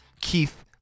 Keith